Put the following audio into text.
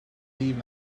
leave